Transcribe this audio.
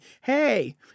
hey